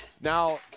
Now